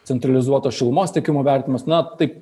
centralizuoto šilumos tiekimo vertinimas na taip